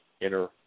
inner